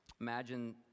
Imagine